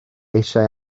eisiau